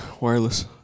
Wireless